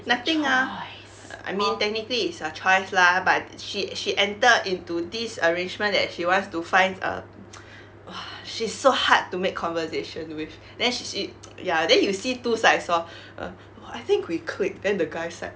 nothing ah I mean technically it's her choice lah but she she entered into this arrangement that she wants to find a !wah! she's so hard to make conversation with then she she ya then you see two sides lor err oh I think we click then the guy side